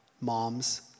moms